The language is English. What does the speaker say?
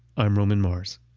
i'm roman mars.